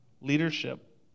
leadership